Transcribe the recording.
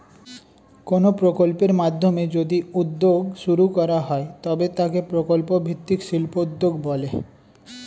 কোনো প্রকল্পের মাধ্যমে যদি উদ্যোগ শুরু করা হয় তবে তাকে প্রকল্প ভিত্তিক শিল্পোদ্যোগ বলে